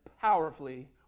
powerfully